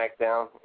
SmackDown